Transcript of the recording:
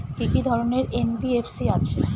কি কি ধরনের এন.বি.এফ.সি আছে?